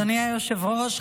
אדוני היושב-ראש,